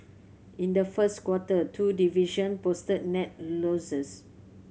in the first quarter two division posted net losses